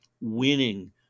winning